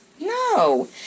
No